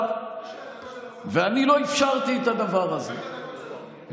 אני לא אפשרתי את הדבר הזה,